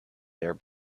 their